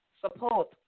Support